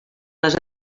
les